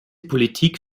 politik